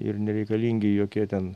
ir nereikalingi jokie ten